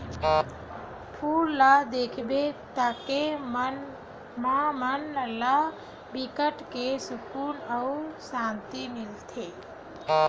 फूल ल देखबे ततके म मन ला बिकट के सुकुन अउ सांति मिलथे